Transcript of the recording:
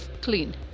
clean